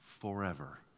forever